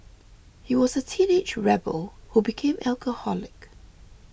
he was a teenage rebel who became alcoholic